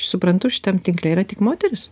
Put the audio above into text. suprantu šitam tinkle yra tik moteris